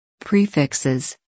Prefixes